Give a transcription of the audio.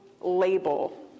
label